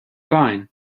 fine